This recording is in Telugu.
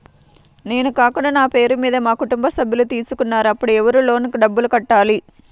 నేను కాకుండా నా పేరు మీద మా కుటుంబ సభ్యులు తీసుకున్నారు అప్పుడు ఎవరు లోన్ డబ్బులు కట్టాలి?